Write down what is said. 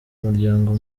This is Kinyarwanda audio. umuryango